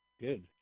Good